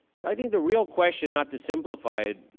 i think the real question, not to simplify,